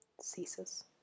ceases